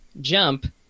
jump